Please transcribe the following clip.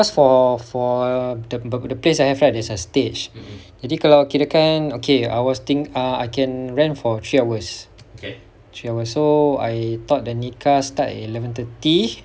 cause for for err the place I have right there's a stage jadi kalau kirakan okay I was think I can rent for three hours three hours so I thought the nikah start at eleven thirty